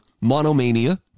monomania